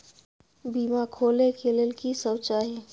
बीमा खोले के लेल की सब चाही?